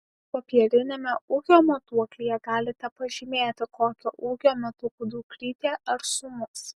popieriniame ūgio matuoklyje galite pažymėti kokio ūgio metukų dukrytė ar sūnus